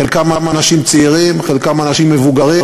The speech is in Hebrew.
חלקם אנשים צעירים, חלקם אנשים מבוגרים,